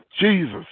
jesus